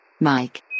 Mike